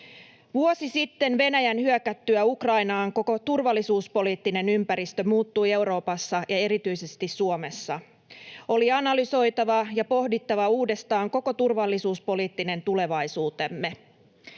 Vuosi sitten Venäjän hyökättyä Ukrainaan koko turvallisuuspoliittinen ympäristö muuttui Euroopassa ja erityisesti Suomessa. Oli analysoitava ja pohdittava uudestaan koko turvallisuuspoliittinen tulevaisuutemme.